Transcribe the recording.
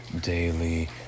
daily